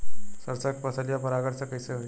सरसो के फसलिया परागण से कईसे होई?